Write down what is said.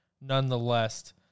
nonetheless